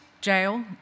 jail